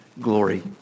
glory